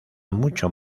mucho